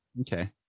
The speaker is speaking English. okay